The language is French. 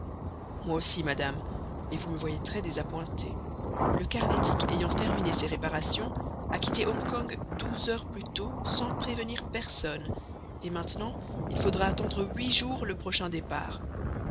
moi aussi madame et vous me voyez très désappointé le carnatic ayant terminé ses réparations a quitté hong kong douze heures plus tôt sans prévenir personne et maintenant il faudra attendre huit jours le prochain départ